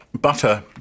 Butter